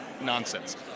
nonsense